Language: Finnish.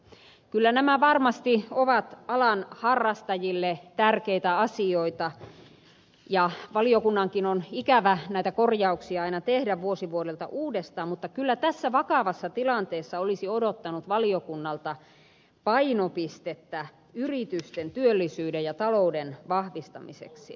kyllä nämä varmasti ovat alan harrastajille tärkeitä asioita ja valiokunnankin on ikävä aina näitä korjauksia tehdä vuosi vuodelta uudestaan mutta tässä vakavassa tilanteessa olisi odottanut valiokunnalta painopistettä yritysten työllisyyden ja talouden vahvistamiseksi